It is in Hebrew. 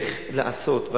איך לעשות.